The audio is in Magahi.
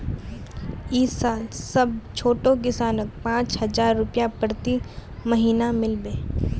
इस साल सब छोटो किसानक पांच हजार रुपए प्रति महीना मिल बे